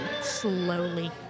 slowly